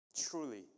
Truly